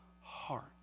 heart